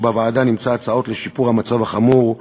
שבוועדה נמצא הצעות לשיפור המצב החמור,